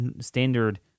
standard